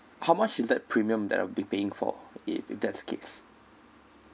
how much is that premium that I'll be paying for if that's the case